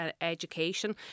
Education